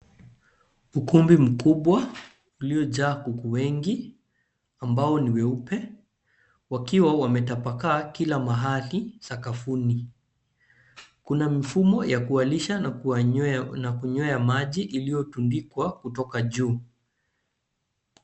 Ukumbi mkubwa uliojaa kuku wengi ambao ni weupe wakiwa wametapakaa kila mahali sakafuni. Kuna mfumo ya kuwalisha na kunywea maji iliyotundikwa kutoka juu.